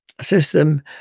system